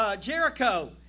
Jericho